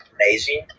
amazing